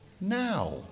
now